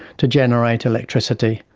to generate electricity,